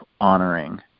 honoring